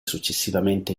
successivamente